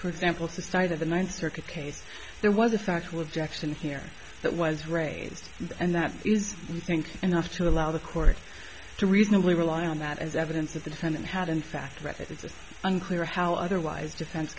sample to state of the ninth circuit case there was a factual objection here that was raised and that is you think enough to allow the court to reasonably rely on that as evidence that the defendant had in fact that it's unclear how otherwise defense